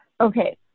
Okay